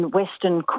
western